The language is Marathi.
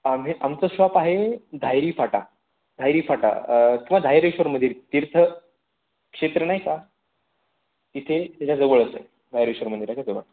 आम्ही आमचं शॉप आहे धायरी फाटा धायरी फाटा किंवा धायरेश्वर मंदिर तीर्थक्षेत्र नाही का तिथे त्याच्या जवळच आहे धायरेश्वर मंदिराच्या जवळ